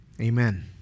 Amen